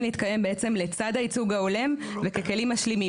להתקיים בעצם לצד הייצוג ההולם וככלים משלימים.